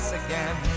again